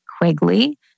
Quigley